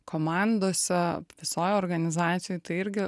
komandose visoj organizacijoj tai irgi